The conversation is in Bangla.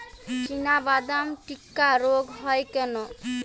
চিনাবাদাম টিক্কা রোগ হয় কেন?